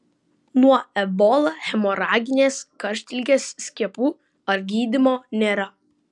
nuo ebola hemoraginės karštligės skiepų ar gydymo nėra